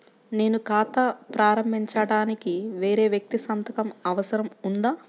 నేను ఖాతా ప్రారంభించటానికి వేరే వ్యక్తి సంతకం అవసరం ఉందా?